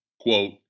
Quote